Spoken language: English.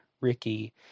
Ricky